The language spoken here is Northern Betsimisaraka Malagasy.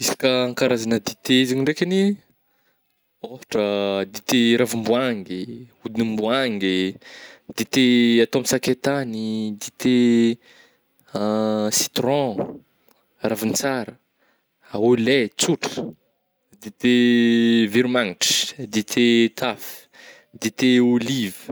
izy ka an-karazagna dite zegny ndraikagny ôhatra dite ravim-boahangy, hodim-boahangy, dite atao amin'ny sakay tagny, dite citron, ravigntsara, au lait, tsotra, dite veromagnitra, dite taf, dite olive